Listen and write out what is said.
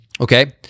Okay